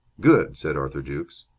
good! said arthur jukes.